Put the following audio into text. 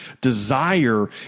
desire